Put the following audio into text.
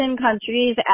countries